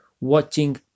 watching